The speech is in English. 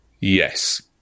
Yes